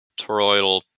toroidal